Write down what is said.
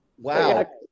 Wow